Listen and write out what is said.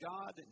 God